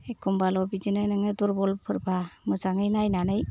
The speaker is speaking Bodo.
एखमबाल' बिदिनो नोङो दुरबलफोरबा मोजाङै नायनानै